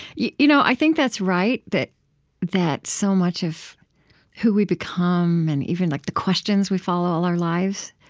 yeah you know i think that's right, that that so much of who we become, and even like the questions we follow all our lives,